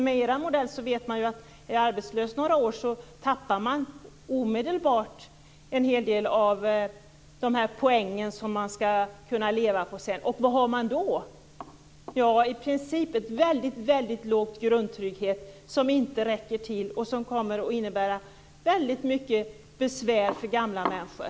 Med er modell vet jag att om jag är arbetslös några år tappar jag omedelbart en hel del av de poäng som jag sedan skall kunna tillgodoräkna. Vad har jag då? Ja, i princip en väldigt låg grundtrygghet som inte räcker till och som kommer att innebära väldigt mycket besvär för gamla människor.